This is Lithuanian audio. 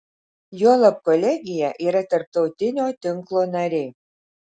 juolab kolegija yra tarptautinio tinklo narė